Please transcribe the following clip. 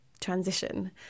transition